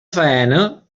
faena